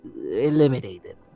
eliminated